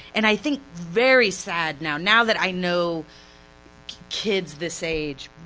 and i think very sad now, now that i know kids this age,